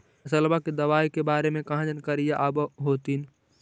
फसलबा के दबायें के बारे मे कहा जानकारीया आब होतीन?